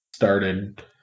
started